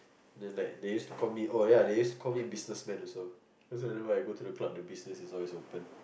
they like they use to call me oh they use to call business man also cause I know why I go to the club the business is always open